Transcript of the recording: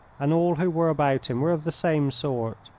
and all who were about him were of the same sort.